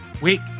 week